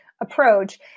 approach